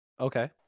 okay